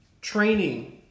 training